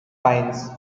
pines